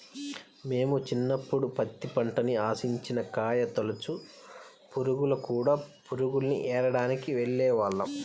మేము చిన్నప్పుడు పత్తి పంటని ఆశించిన కాయతొలచు పురుగులు, కూడ పురుగుల్ని ఏరడానికి వెళ్ళేవాళ్ళం